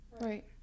Right